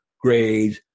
grades